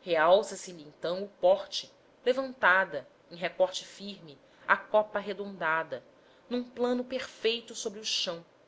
realça se lhe então o porte levantada em recorte firme a copa arredondada num plano perfeito sobre o chão